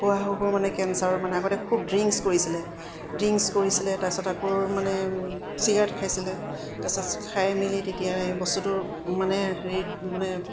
খুৰা শহুৰ মানে কেঞ্চাৰৰ মানে আগতে খুব ড্ৰিংক্স কৰিছিলে ড্ৰিংক্স কৰিছিলে তাৰপিছত আকৌ মানে চিগাৰেট খাইছিলে তাৰপিছত খাই মেলি তেতিয়া এই বস্তুটো মানে হেৰি মানে